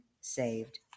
saved